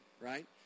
right